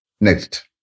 Next